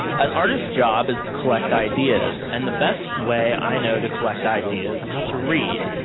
an artist's job is to collect ideas and the best way i know to collect ideas is to read.